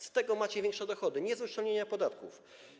Z tego macie większe dochody, nie z uszczelnienia podatków.